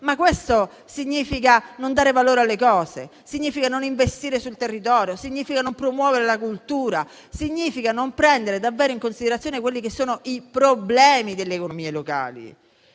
Questo significa non dare valore alle cose, significa non investire sul territorio, significa non promuovere la cultura, significa non prendere davvero in considerazione i problemi delle economie locali.